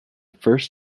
first